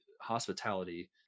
hospitality